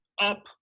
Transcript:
up